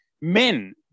men